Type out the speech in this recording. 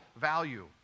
value